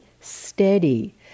steady